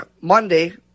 Monday